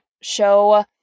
show